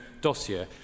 dossier